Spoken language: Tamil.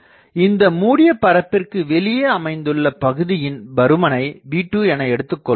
இங்கு இந்த மூடியபரப்பிற்கு வெளியே அமைந்துள்ள பகுதியின் பருமனை V2 என எடுத்துக்கொள்வோம்